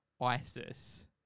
ISIS